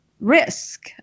risk